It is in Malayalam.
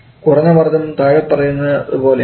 കുറഞ്ഞ മർദ്ദം താഴെ പറയുന്നതു പോലെയാണ്